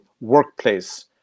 workplace